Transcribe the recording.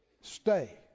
Stay